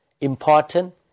important